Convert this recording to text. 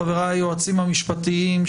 חבריי היועצים המשפטיים,